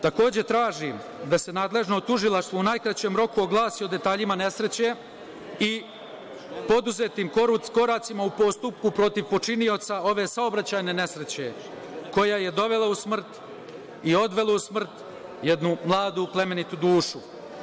Takođe, tražim da se nadležno tužilaštvo u najkraćem roku oglasi o detaljima nesreće i poduzetim koracima u postupku protiv počinioca ove saobraćajne nesreće koja je dovela u smrt i odvela u smrt jednu mladu, plemenitu dušu.